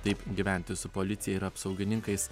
taip gyventi su policija ir apsaugininkais